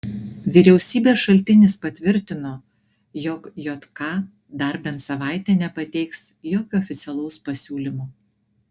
vyriausybės šaltinis patvirtino jog jk dar bent savaitę nepateiks jokio oficialaus pasiūlymo